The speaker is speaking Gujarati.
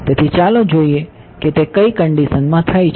તેથી ચાલો જોઈએ કે તે કઈ કન્ડિશનમાં થાય છે